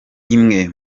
imwe